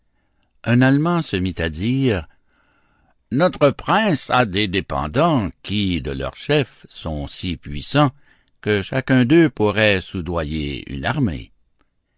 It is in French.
un allemand se mit à dire notre prince a des dépendants qui de leur chef sont si puissants que chacun d'eux pourrait soudoyer une armée